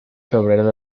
febrero